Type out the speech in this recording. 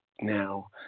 now